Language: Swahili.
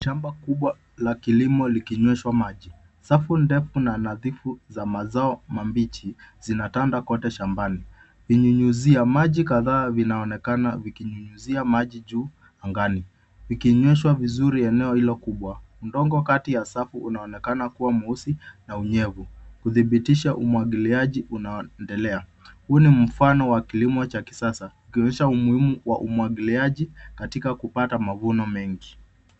Shamba kubwa la kilimo likinyweshwa maji. Safu ndefu na nadhifu za mazao mabichi zinatanda kote shambani. Vinyunyizia maji kadhaa vinaonekana vikinyunyizia maji juu angani, vikinywesha vizuri eneo hilo kubwa. Udongo kati ya safu unaonekana kuwa mweusi na unyevu kudhibitisha umwagiliaji unaoendelea. Huu ni mfano wa kilimo cha kisasa ukionyesha umuhimu wa umwagiliaji katika kupata mavuno mengi.